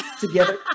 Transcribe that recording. together